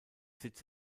sitz